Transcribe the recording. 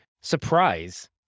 surprise